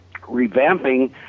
revamping